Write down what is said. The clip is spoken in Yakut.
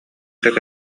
кытта